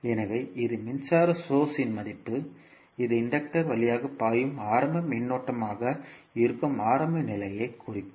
எனவே இது மின்சார சோர்ஸ் இன் மதிப்பு இது இன்டக்டர் வழியாக பாயும் ஆரம்ப மின்னோட்டமாக இருக்கும் ஆரம்ப நிலையை குறிக்கும்